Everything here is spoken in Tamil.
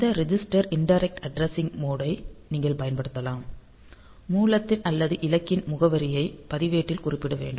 இந்த ரெஜிஸ்டர் இன்டிரெக்ட் அட்ரஸிங் மோட் யை நீங்கள் பயன்படுத்தலாம் மூலத்தின் அல்லது இலக்கின் முகவரியைப் பதிவேட்டில் குறிப்பிட வேண்டும்